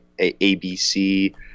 ABC